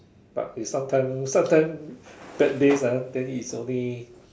but if sometime sometime bad days ah then it's only